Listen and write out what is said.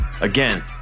Again